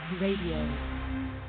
Radio